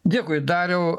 dėkui dariau